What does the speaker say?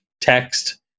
text